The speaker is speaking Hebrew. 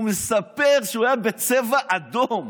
הוא מספר שהוא היה בצבע אדום.